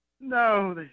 No